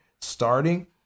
starting